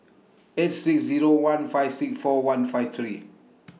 eight six Zero one five six four one five three